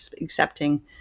accepting